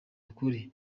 ukuri